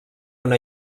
una